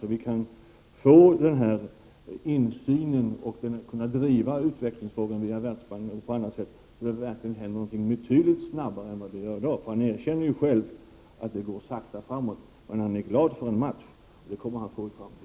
Då kan vi få insyn och kan driva utvecklingsfrågorna via Världsbanken och på annat sätt för att det skall hända någonting betydligt snabbare än hittills. Arne Kjörnsberg erkände ju själv att det går sakta framåt, men han säger sig vara glad för en match. Det kommer han att få i framtiden.